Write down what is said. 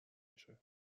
میشه